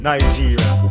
Nigeria